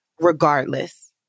Regardless